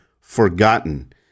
Forgotten